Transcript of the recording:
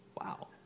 Wow